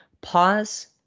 Pause